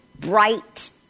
bright